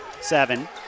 Seven